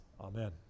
Amen